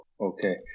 okay